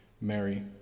Mary